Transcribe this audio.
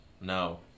No